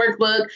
workbook